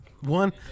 One